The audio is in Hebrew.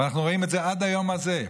ואנחנו רואים את זה עד היום הזה.